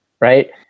right